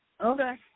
Okay